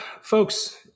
folks